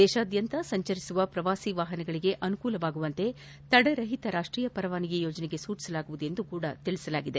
ದೇಶಾದ್ನಂತ ಸಂಚರಿಸುವ ಪ್ರವಾಸಿ ವಾಹನಗಳಿಗೆ ಅನುಕೂಲವಾಗುವಂತೆ ತಡೆರಹಿತ ರಾಷ್ಲೀಯ ಪರವಾನಗಿ ಯೋಜನೆಗೆ ಸೂಚಿಸಲಾಗುವುದು ಎಂದೂ ಕೂಡ ತಿಳಿಸಿದೆ